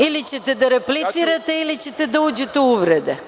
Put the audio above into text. Ili ćete da replicirate ili ćete da uđete u uvrede.